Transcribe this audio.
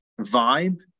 vibe